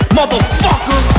motherfucker